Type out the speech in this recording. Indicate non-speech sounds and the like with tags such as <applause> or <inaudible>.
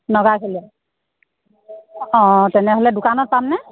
<unintelligible> অ' তেনেহ'লে দোকানত পামনে